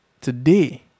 Today